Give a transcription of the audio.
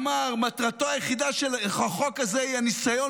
אמר: מטרתו היחידה של החוק הזה היא הניסיון